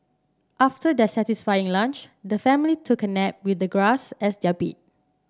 after their satisfying lunch the family took a nap with the grass as their bed